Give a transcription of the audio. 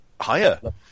higher